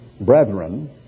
brethren